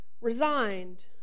resigned